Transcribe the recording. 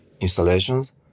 installations